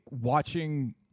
watching